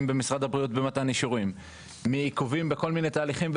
במתן אישורים ממשרד הבריאות ובכל מיני תהליכים.